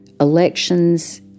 Elections